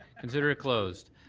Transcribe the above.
consider it closed.